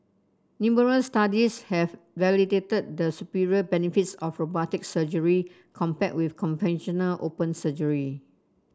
numerous studies have validated the superior benefits of robotic surgery compared with conventional open surgery